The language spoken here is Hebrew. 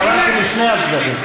התכוונתי לשני הצדדים.